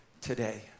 today